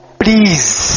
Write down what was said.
please